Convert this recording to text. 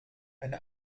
eine